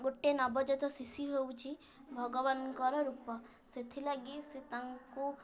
ଗୋଟେ ନବଜାତ ଶିଶୁ ହେଉଛି ଭଗବାନଙ୍କର ରୂପ ସେଥିଲାଗି ସେ ତାଙ୍କୁ